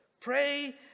Pray